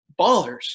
ballers